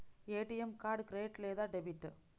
ATM card credit లేదా debit?